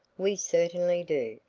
we certainly do,